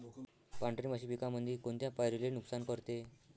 पांढरी माशी पिकामंदी कोनत्या पायरीले नुकसान करते?